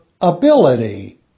ability